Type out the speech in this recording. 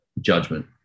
judgment